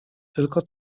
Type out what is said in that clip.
tylko